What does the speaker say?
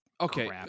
Okay